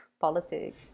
politics